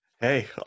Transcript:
Hey